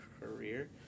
career